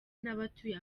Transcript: n’abatuye